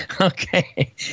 Okay